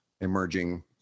emerging